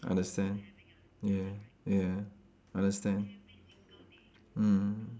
understand ya ya understand mm